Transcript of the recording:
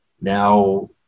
now